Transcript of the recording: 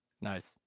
Nice